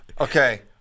Okay